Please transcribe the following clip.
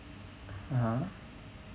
a'ah